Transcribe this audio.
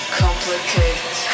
complicate